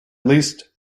least